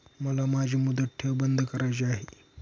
मला माझी मुदत ठेव बंद करायची आहे